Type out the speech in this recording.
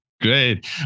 great